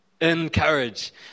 encourage